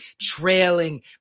trailing